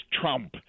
Trump